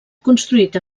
construït